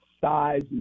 size